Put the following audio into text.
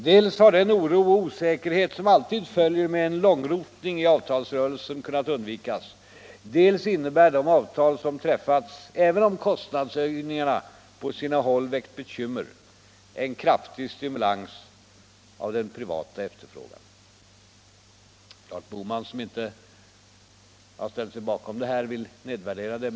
Dels har den oro och osäkerhet som alltid följer med en långrotning i avtalsrörelsen kunnat undvikas, dels innebär de avtal som träffats — även om kostnadshöjningarna på sina håll väckt bekymmer - en kraftig stimulans av den privata efterfrågan. Det är klart att herr Bohman, som inte har ställt sig bakom detta, vill nedvärdera det.